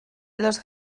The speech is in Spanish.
los